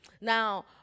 now